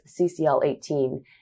CCL18